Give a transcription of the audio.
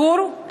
התיק כרגע סגור,